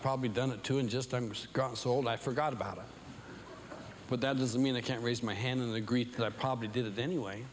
probably done it too and just i'm so old i forgot about it but that doesn't mean they can't raise my hand in the greek i probably did it anyway